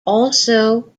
also